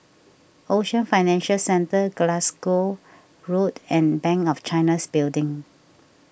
Ocean Financial Centre Glasgow Road and Bank of China's Building